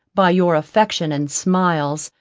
by your affection and smiles,